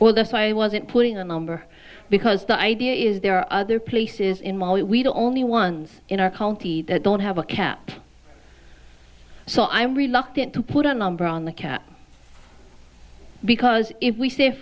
well that's why i wasn't putting a number because the idea is there are other places in ma we do only ones in our county that don't have a cap so i'm reluctant to put a number on the cap because if